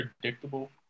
predictable